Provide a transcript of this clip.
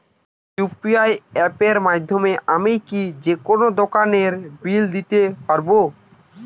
UPI অ্যাপের মাধ্যমে আমি কি যেকোনো দোকানের বিল দিতে পারবো?